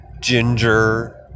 Ginger